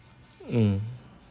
mm